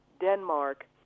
Denmark